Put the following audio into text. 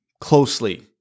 closely